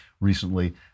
recently